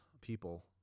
people